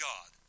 God